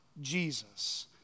Jesus